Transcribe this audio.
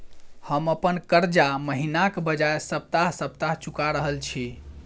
हम अप्पन कर्जा महिनाक बजाय सप्ताह सप्ताह चुका रहल छि